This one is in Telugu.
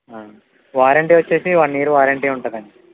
వారంటీ వచ్చేసి వన్ ఇయర్ వారంటీ ఉంటుందండి